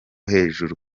hejuru